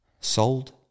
Sold